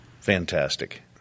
Fantastic